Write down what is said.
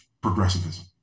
progressivism